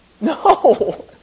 No